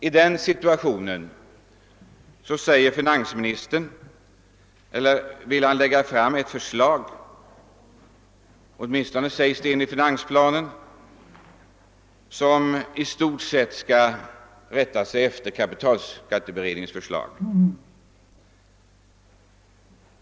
I den situationen vill finansministern lägga fram en proposition som — Ååtminstone sägs det i finansplanen — i stort sett följer kapitalskatteberedning ens förslag.